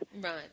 Right